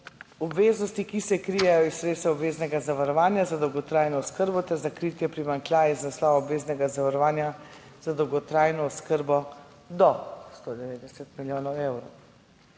"Obveznosti, ki se krijejo iz sredstev obveznega zavarovanja za dolgotrajno oskrbo ter za kritje primanjkljaja iz naslova obveznega zavarovanja za dolgotrajno oskrbo do 190 milijonov evrov."